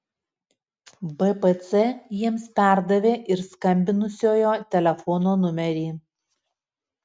bpc jiems perdavė ir skambinusiojo telefono numerį